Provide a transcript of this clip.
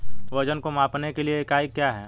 वजन को मापने के लिए इकाई क्या है?